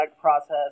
process